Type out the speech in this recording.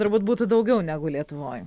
turbūt būtų daugiau negu lietuvoj